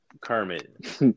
Kermit